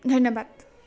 ধন্যবাদ